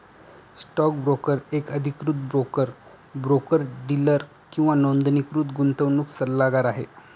stock broker एक अधिकृत broker, broker dealer किंवा नोंदणीकृत गुंतवणूक सल्लागार आहे